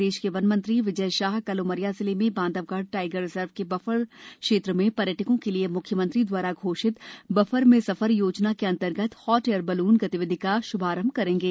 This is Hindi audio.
प्रदेश के वन मंत्री विजय शाह कल उमरिया जिले में बांधवगढ टाईगर रिजर्व के बफर क्षेत्र में पर्यटकों के लिए मुख्यमंत्री द्वारा घोषित बफर मे सफर योजना अंतर्गत हाट एयर वैलून गतिविधि का शुभारंभ करेंगे